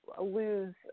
lose